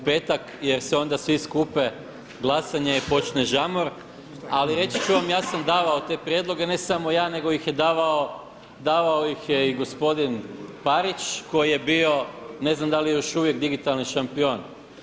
U petak jer se onda svi skupe, glasanje i počne žamor, ali reći ću vam ja sam davao te prijedloge ne samo ja nego ih je davao i gospodin Parić koji je bio, ne znam da li je još uvijek digitalni šampion.